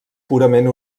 purament